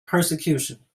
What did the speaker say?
persecution